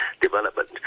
development